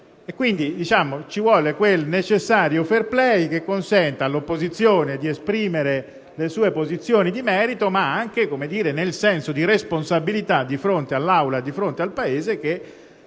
occorre quel necessario *fair play* che consenta all'opposizione di esprimere le sue posizioni di merito, ma anche un senso di responsabilità di fronte all'Assemblea e al Paese,